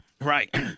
Right